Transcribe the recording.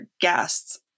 guests